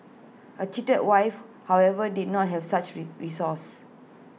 A cheated wife however did not have such re resource